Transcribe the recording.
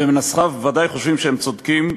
ומנסחיו בוודאי חושבים שהם צודקים,